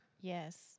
Yes